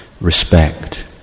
respect